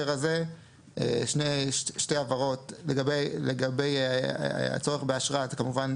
אין בהוראות פסקה זו כדי לגרוע מהוראות סעיפים 9 ו-10.